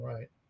Right